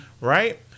right